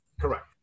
Correct